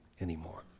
anymore